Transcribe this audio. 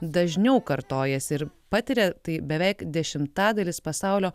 dažniau kartojasi ir patiria tai beveik dešimtadalis pasaulio